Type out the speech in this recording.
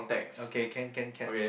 okay can can can